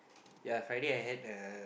ya Friday I had a